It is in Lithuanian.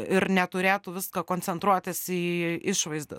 ir neturėtų viską koncentruotis į išvaizdą